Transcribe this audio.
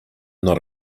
not